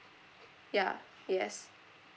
ya yes